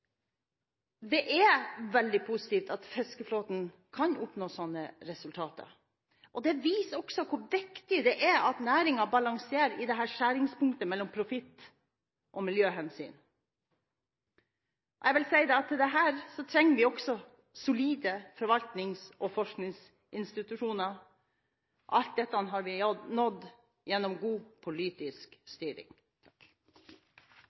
Det er veldig positivt at fiskeflåten kan oppnå slike resultater. Det viser også hvor viktig det er at næringen balanserer i skjæringspunktet mellom profitt- og miljøhensyn. Jeg vil si at her trenger vi solide forvaltnings- og forskningsinstitusjoner – alt dette har vi oppnådd gjennom god politisk